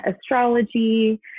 astrology